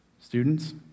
Students